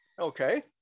Okay